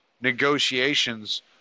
negotiations